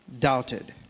doubted